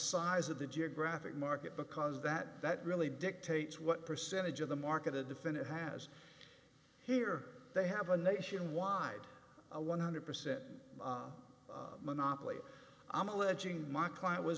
size of the geographic market because that that really dictates what percentage of the market a definitive has here they have a nationwide a one hundred percent monopoly i'm alleging my client was